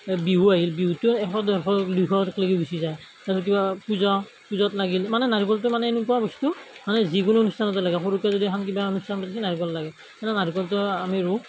এই বিহু আহিল বিহুতো এশ ডেৰশ দুইশলৈকে গুচি যায় আৰু কিবা পূজা পূজাত লাগিল মানে নাৰিকলটো মানে এনেকুৱা বস্তু মানে যিকোনো অনুষ্ঠানতে লাগে সৰুকৈ যদি এখন কিবা অনুষ্ঠান পাতিছে নাৰিকল লাগে সেইকাৰণে নাৰিকলটো আমি ৰোওঁ